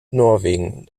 norwegen